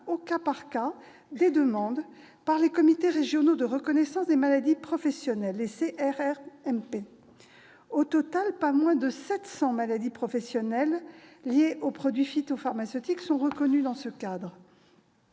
au cas par cas, des demandes par les comités régionaux de reconnaissance des maladies professionnelles, les CRRMP. Au total, pas moins de 700 maladies professionnelles, liées aux produits phytopharmaceutiques, sont reconnues dans ce cadre.